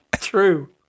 True